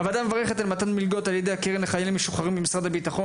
הוועדה מברכת את מתן המלגות ע"י הקרן לחיילים משוחררים במשרד הביטחון,